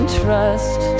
trust